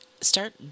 start